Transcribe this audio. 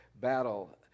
battle